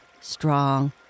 strong